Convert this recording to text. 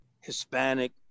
hispanic